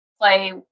play